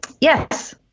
Yes